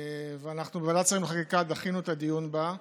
ואנחנו בוועדת השרים לחקיקה דחינו את הדיון בה,